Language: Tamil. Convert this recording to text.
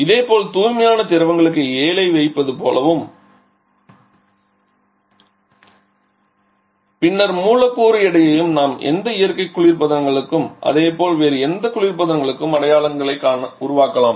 இதேபோல் தூய்மையான திரவங்களுக்கு 7 ஐ வைப்பது போலவும் பின்னர் மூலக்கூறு எடையும் நாம் எந்த இயற்கை குளிர்பதனங்களுக்கும் அதேபோல் வேறு எந்த குளிர்பதனங்களுக்கும் அடையாளங்களை உருவாக்கலாம்